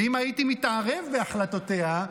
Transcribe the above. ואם הייתי מתערב בהחלטותיה,